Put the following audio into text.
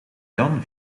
dan